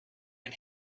and